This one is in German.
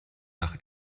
nach